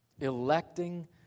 Electing